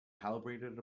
calibrated